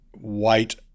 white